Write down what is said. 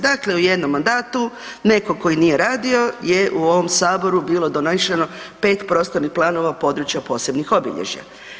Dakle, u jednom mandatu neko koji nije radio je u ovom saboru bilo donešeno 5 prostornih planova u području posebnih obilježja.